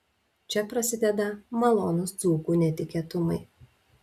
čia prasideda malonūs dzūkų netikėtumai